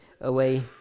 away